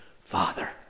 father